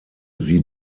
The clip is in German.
sie